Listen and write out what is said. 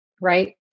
right